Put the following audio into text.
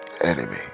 enemy